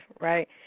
right